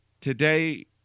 Today